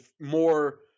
more